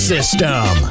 System